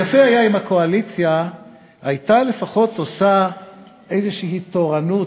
יפה היה אם הקואליציה הייתה לפחות עושה איזושהי תורנות,